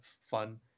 fun